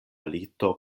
lito